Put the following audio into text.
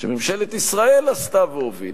שממשלת ישראל עשתה והובילה.